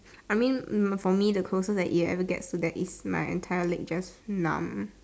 I mean for me the closest it ever gets is my entire leg just numb